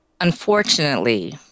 unfortunately